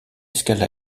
escale